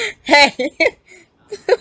!hey!